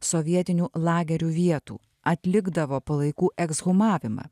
sovietinių lagerių vietų atlikdavo palaikų ekshumavimą